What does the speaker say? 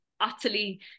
utterly